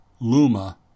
Luma